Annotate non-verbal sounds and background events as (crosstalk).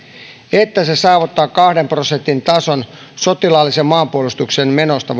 että se saavuttaa kahden prosentin tason sotilaallisen maanpuolustuksen menoista (unintelligible)